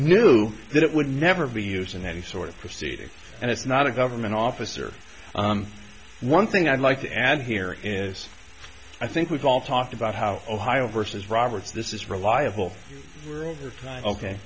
knew that it would never be used in any sort of proceeding and it's not a government office or one thing i'd like to add here in this i think we've all talked about how ohio versus roberts this is reliable ok